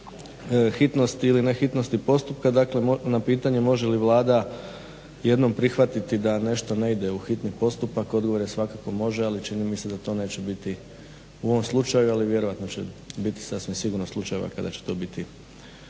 pitanja o hitnosti ili ne hitnosti postupka dakle na pitanje može li Vlada jednom prihvatiti da nešto ne ide u hitni postupak, odgovor je svakako može ali čini mi se da to neće biti u ovom slučaju ali vjerojatno će biti sasvim sigurno slučajeva kada će to biti